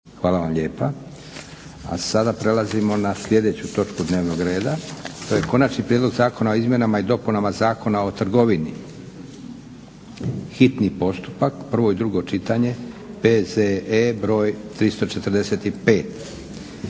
Josip (SDP)** A sada prelazimo na sljedeću točku dnevnog reda. To je - Konačni prijedlog zakona o izmjenama i dopunama Zakona o trgovini, hitni postupak, prvo i drugo čitanje, P.Z.E. br. 345.